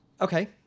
Okay